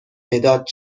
مداد